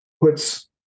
puts